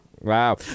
Wow